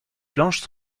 planches